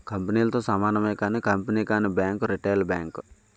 కంపెనీలతో సమానమే కానీ కంపెనీ కానీ బ్యాంక్ రిటైల్ బ్యాంక్